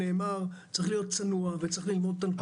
צריך להיות צנוע וללמוד את הנתונים.